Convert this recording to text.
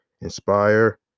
inspire